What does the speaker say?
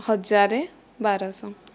ହଜାର ବାରଶହ